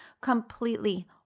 completely